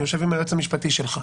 אני יושב עם היועץ המשפטי שלך.